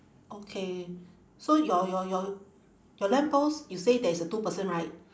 okay so your your your your lamp post you say there is a two person right